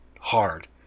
hard